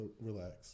Relax